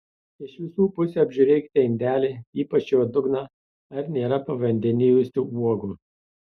iš visų pusių apžiūrėkite indelį ypač jo dugną ar nėra pavandenijusių uogų